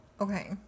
okay